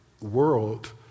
world